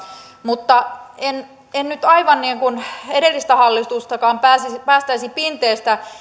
mutta en en nyt aivan edellistä hallitustakaan päästäisi pinteestä